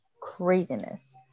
craziness